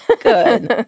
Good